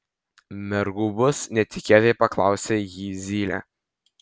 mergų bus netikėtai paklausė jį zylė